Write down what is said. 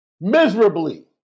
miserably